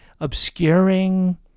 obscuring